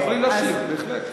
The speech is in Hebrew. אז תוכלי להשיב, בהחלט.